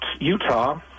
Utah